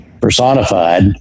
personified